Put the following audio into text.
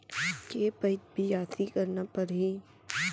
के पइत बियासी करना परहि?